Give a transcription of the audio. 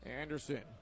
Anderson